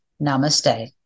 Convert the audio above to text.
Namaste